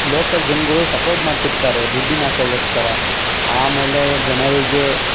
local ಜನಗಳು support ಮಾಡ್ತಿರ್ತಾರೆ ದುಡ್ಡಿನ ಆಸೆಗೋಸ್ಕರ ಆಮೇಲೆ ಜನರಿಗೆ